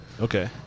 Okay